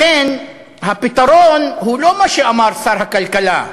לכן, הפתרון הוא לא מה שאמר שר הכלכלה.